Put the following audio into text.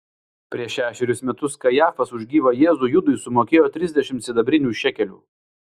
prieš šešerius metus kajafas už gyvą jėzų judui sumokėjo trisdešimt sidabrinių šekelių